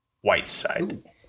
Whiteside